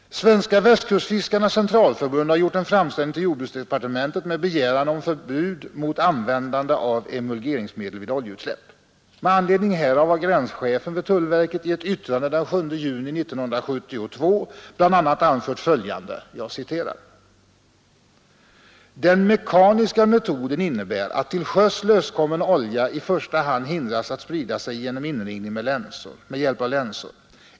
Svenska västkustfiskarnas centralförbund har gjort en framställning till jordbruksdepartementet med begäran om förbud mot användande av emulgeringsmedel vid oljeutsläpp. Med anledning härav har gränschefen vid tullverket i ett yttrande av den 7 juni 1972 bl.a. anfört följande: ”Den mekaniska metoden innebär att till sjöss löskommen olja i första hand hindras att sprida sig genom inringning med hjälp av länsor.